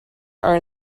are